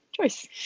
choice